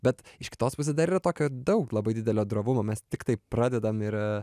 bet iš kitos pusės dar yra tokio daug labai didelio drovumo mes tiktai pradedam ir